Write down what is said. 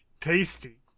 Tasty